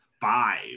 five